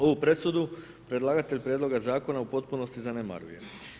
Ovu presudu predlagatelj prijedloga zakona u potpunosti zanemaruje.